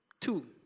two